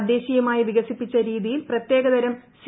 തദ്ദേശീയമായി വികസിപ്പിച്ച രീതിയിൽ പ്രത്യേകതരം സി